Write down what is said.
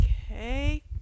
Okay